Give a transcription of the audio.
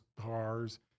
cars